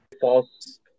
false